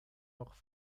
noch